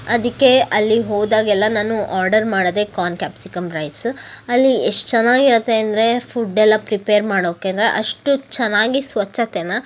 ಅದಕ್ಕೆ ಅಲ್ಲಿಗೆ ಹೋದಾಗೆಲ್ಲ ನಾನು ಆರ್ಡರ್ ಮಾಡೋದೇ ಕಾರ್ನ್ ಕ್ಯಾಪ್ಸಿಕಮ್ ರೈಸು ಅಲ್ಲಿ ಎಷ್ಟು ಚೆನ್ನಾಗಿರತ್ತೆ ಅಂದರೆ ಫುಡ್ಡೆಲ್ಲ ಪ್ರಿಪೇರ್ ಮಾಡೋಕ್ಕೆ ಅಂದರೆ ಅಷ್ಟು ಚೆನ್ನಾಗಿ ಸ್ವಚ್ಛತೆನ